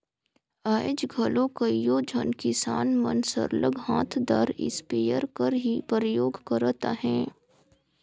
आएज घलो कइयो झन किसान मन सरलग हांथदार इस्पेयर कर ही परयोग करत अहें